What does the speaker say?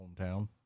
hometown